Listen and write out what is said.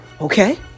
okay